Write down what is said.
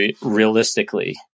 realistically